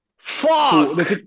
fuck